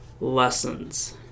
Lessons